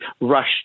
rush